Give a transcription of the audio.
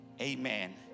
amen